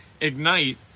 Ignite